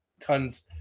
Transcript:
tons